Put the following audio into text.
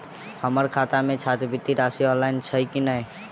हम्मर खाता मे छात्रवृति राशि आइल छैय की नै?